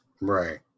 Right